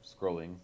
scrolling